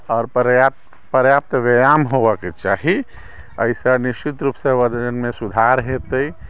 आओर पर्याप्त पर्याप्त व्यायाम होवयके चाही एहिसँ निश्चित रूपसँ वजनमे सुधार हेतै